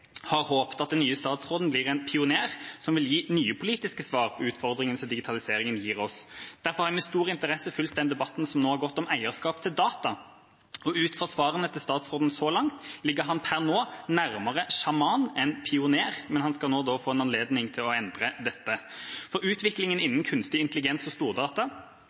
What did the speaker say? har håpet at den nye statsråden blir en pioner som vil gi nye politiske svar på utfordringene som digitaliseringen gir oss. Derfor har jeg med stor interesse fulgt debatten som nå har gått om eierskap til data. Ut fra svarene fra statsråden så langt ligger han per nå nærmere sjaman enn pioner, men han skal nå få en anledning til å endre dette. Utviklingen innen kunstig intelligens og stordata